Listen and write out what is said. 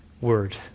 word